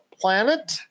planet